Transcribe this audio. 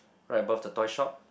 right above the toy shop